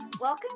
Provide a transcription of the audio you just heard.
Welcome